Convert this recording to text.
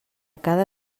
cada